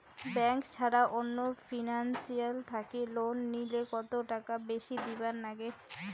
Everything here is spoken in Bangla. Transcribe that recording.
ব্যাংক ছাড়া অন্য ফিনান্সিয়াল থাকি লোন নিলে কতটাকা বেশি দিবার নাগে?